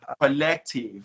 collective